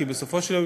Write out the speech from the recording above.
כי בסופו של דבר,